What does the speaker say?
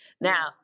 Now